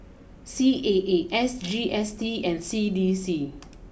C A A S G S T and C D C